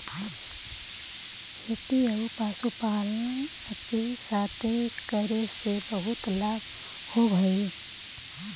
खेती आउ पशुपालन एके साथे करे से बहुत लाभ होब हई